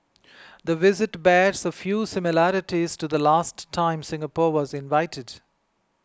the visit bears a few similarities to the last time Singapore was invited